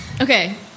Okay